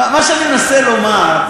מה שאני מנסה לומר,